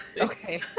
Okay